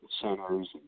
centers